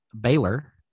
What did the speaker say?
Baylor